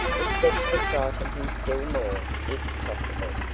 except to frighten him still more, if possible.